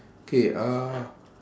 K uh